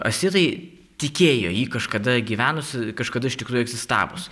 asirai tikėjo jį kažkada gyvenus kažkada iš tikrųjų egzistavus